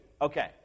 Okay